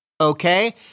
okay